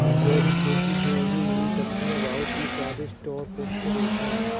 जैविक खेती से उगी हुई सब्जियां बहुत ही स्वादिष्ट और पौष्टिक होते हैं